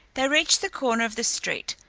they reached the corner of the street,